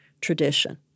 tradition